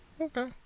okay